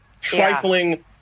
trifling